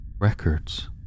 Records